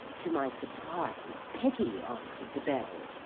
to my surprise peggy answered the bell,